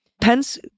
Pence